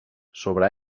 sobre